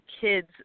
kid's